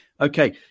Okay